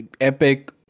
epic